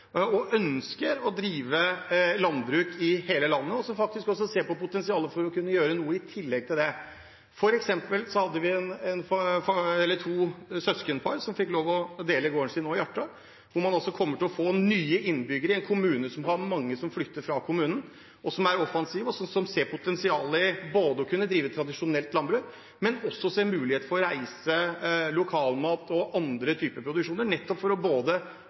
og ønsker å drive landbruk i hele landet, og som faktisk også ser på potensialet for å kunne gjøre noe i tillegg til det. Vi hadde f.eks. søskenparet som nå fikk lov å dele gården sin i Hjartdal – der kommer man til å få nye innbyggere til en kommune mange har flyttet fra – som er offensive og ser potensialet for å kunne drive tradisjonelt landbruk, men også muligheter innenfor reiseliv, lokalmat og andre typer produksjon. Det er nettopp for å